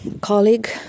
colleague